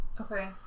Okay